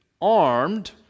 armed